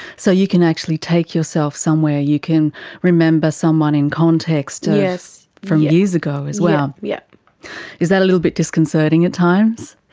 so you can actually take yourself somewhere, you can remember someone in context from years ago as well. yeah is that a little bit disconcerting at times?